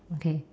okay